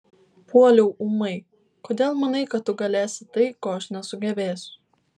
puoliau ūmai kodėl manai kad tu galėsi tai ko aš nesugebėsiu